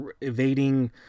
evading